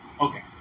Okay